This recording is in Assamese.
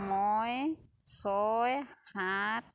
মই ছয় সাত